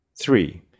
Three